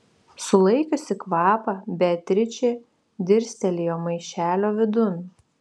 sulaikiusi kvapą beatričė dirstelėjo maišelio vidun